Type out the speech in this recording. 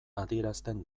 adierazten